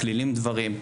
מכלילים דברים,